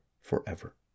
forever